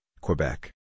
Quebec